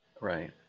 Right